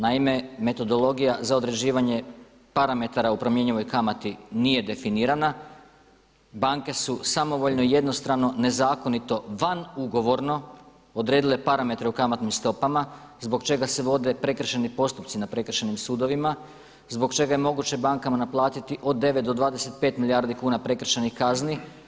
Naime, metodologija za određivanje parametara u promjenjivoj kamati nije definirana, banke su samovoljno jednostrano, nezakonito van ugovorno odredile parametre u kamatnim stopama zbog čega se vode prekršajni postupci na prekršajnim sudovima, zbog čega je moguće bankama naplatiti od 9 do 25 milijardi kuna prekršajnih kazni.